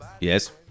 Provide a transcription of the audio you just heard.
yes